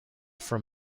from